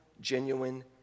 genuine